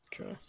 Okay